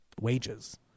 wages